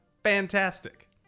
fantastic